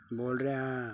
ਬੋਲ ਰਿਹਾ ਹਾਂ